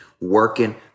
working